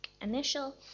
initial